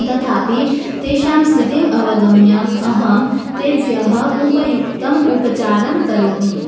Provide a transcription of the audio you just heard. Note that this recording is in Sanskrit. तथापि तेषां स्थितिम् अवगम्य अहं तेभ्यः उपयुक्तम् उपचारं करोमि